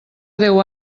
deu